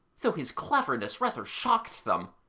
though his cleverness rather shocked them,